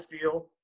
feel